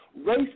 Race